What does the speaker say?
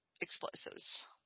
explosives